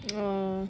oh